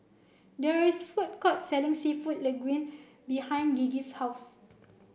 there is food court selling Seafood Linguine behind Gigi's house